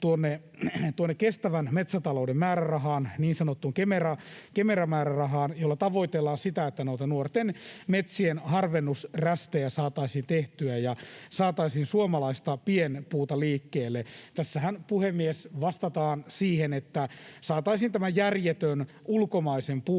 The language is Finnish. kestävän metsätalouden määrärahaan, niin sanottuun Kemera-määrärahaan, jolla tavoitellaan sitä, että nuorten metsien harvennusrästejä saataisiin tehtyä ja saataisiin suomalaista pienpuuta liikkeelle. Tässähän, puhemies, vastataan siihen, että saataisiin tämä järjetön ulkomaisen puun,